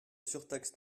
surtaxe